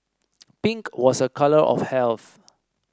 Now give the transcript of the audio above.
pink was a colour of health